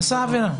עשה עבירה.